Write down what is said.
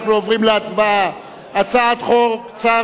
אנחנו עוברים להצבעה על הצעת חוק צער